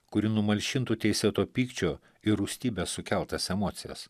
kuri numalšintų teisėto pykčio ir rūstybės sukeltas emocijas